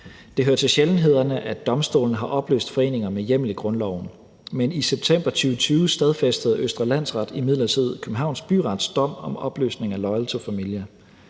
Det hører til sjældenhederne, at domstolene har opløst foreninger med hjemmel i grundloven, men i september 2020 stadfæstede Østre Landsret imidlertid Københavns Byrets dom om opløsning af Loyal To Familia.